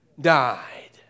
Died